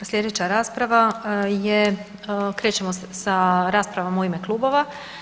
Slijedeća rasprava je, krećemo sa raspravama u ime klubova.